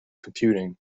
computing